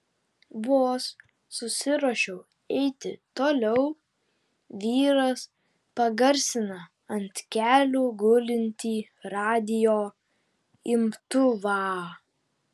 vos susiruošiu eiti toliau vyras pagarsina ant kelių gulintį radijo imtuvą